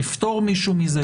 יפטור מישהו מזה,